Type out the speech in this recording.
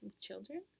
children